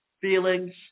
feelings